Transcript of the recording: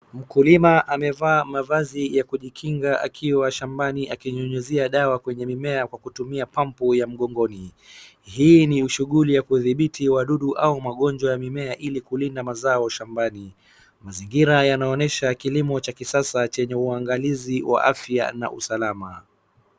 Mkulima amevaa mavazi ya kujikinga akiwa shambani akinyunyuzia dawa kwenye mimea akitumia pampu mgogoni. Hii ni shughuli ya kudhibiti wadudu au magonjwa ya mimea ili kulinda mazao shambani. Mazingira yanaonyesha kilimo cha kisasa chenye uangalizi wa afya na usalama.